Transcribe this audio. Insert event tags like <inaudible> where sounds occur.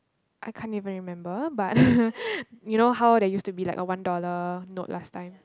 I can't even remember but <laughs> you know how there used to be like a one dollar note last time